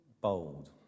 bold